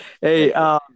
Hey